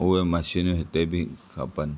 उहे मशीनूं हिते बि खपनि